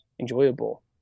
enjoyable